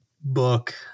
book